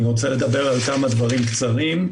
אני רוצה לדבר על כמה דברים קצרים.